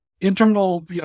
internal